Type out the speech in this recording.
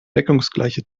deckungsgleiche